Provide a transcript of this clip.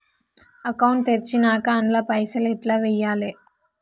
Account తెరిచినాక అండ్ల పైసల్ ఎట్ల వేయాలే?